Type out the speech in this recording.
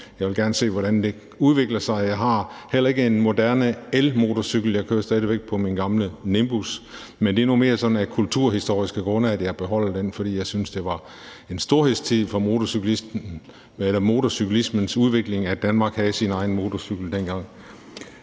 Jeg vil gerne se, hvordan det udvikler sig. Jeg har heller ikke en moderne elmotorcykel. Jeg kører stadig væk på min gamle Nimbus, men det er nu mere sådan af kulturhistoriske grunde, at jeg beholder den, for jeg synes, at det var en storhedstid for motorcyklismens udvikling, at Danmark dengang havde sin egen motorcykel.